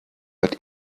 but